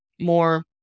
more